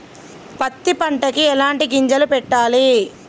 పత్తి పంటకి ఎలాంటి గింజలు పెట్టాలి?